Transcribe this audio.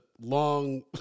long